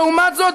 לעומת זאת,